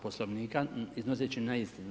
Poslovnika iznoseći neistinu.